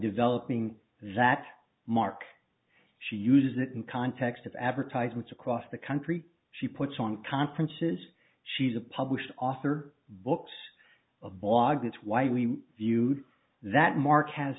developing that mark she uses it in context of advertisements across the country she puts on conferences she's a published author books a blog that's why we view that mark has